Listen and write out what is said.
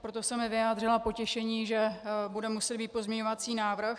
Proto jsem i vyjádřila potěšení, že bude muset být pozměňovací návrh.